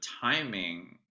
timing